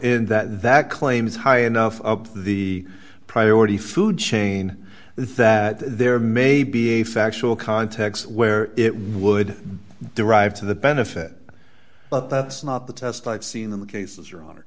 in that that claim is high enough the priority food chain that there may be a factual context where it would derive to the benefit but that's not the test i've seen in the cases or on